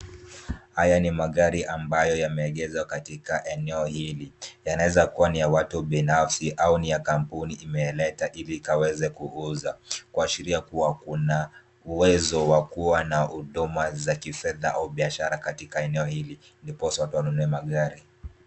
Haya ni magari ambayo yameegeshwa katika eneo hili yanaweza kuwa ni ya watu binafsi au ni ya kampuni imeleta ili ikaweze kuuza kuashiria kuwa Kuna uwezo wa kuwa na huduma au biashara katika eneo hili ndipoza watu wanunue magari.